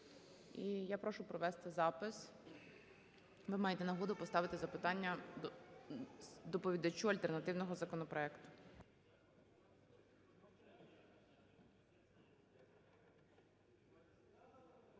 я прошу провести запис. Ви маєте нагоду поставити запитання доповідачу альтернативного законопроекту.